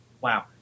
wow